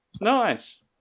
Nice